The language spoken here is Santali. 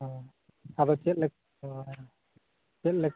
ᱚᱻ ᱟᱫᱚ ᱪᱮᱫ ᱞᱮᱠᱟ ᱪᱮᱫ ᱞᱮᱠᱟ